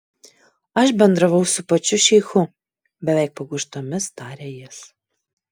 aš bendravau su pačiu šeichu beveik pakuždomis tarė jis